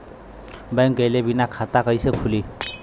Bank गइले बिना खाता कईसे खुली?